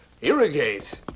Irrigate